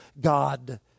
God